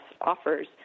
offers